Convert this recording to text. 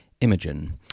Imogen